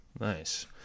Nice